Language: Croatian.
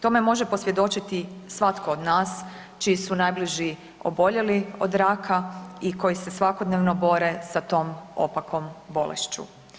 Tome može posvjedočiti svatko od nas čiji su najbliži oboljeli od raka i koji se svakodnevno bore sa tom opakom bolešću.